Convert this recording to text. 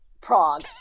Prague